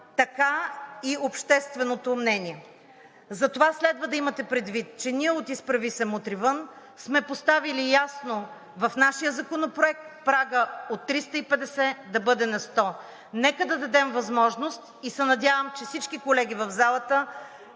така и общественото мнение. Затова следва да имате предвид, че ние от „Изправи се! Мутри вън!“ сме поставили ясно в нашия законопроект прага от 350 да бъде на 100. Нека да дадем възможност, и се надявам, че всички колеги в залата,